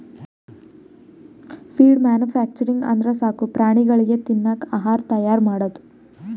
feed manufacturing ಅಂದ್ರ ಸಾಕು ಪ್ರಾಣಿಗಳಿಗ್ ತಿನ್ನಕ್ ಆಹಾರ್ ತೈಯಾರ್ ಮಾಡದು